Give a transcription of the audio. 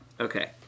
Okay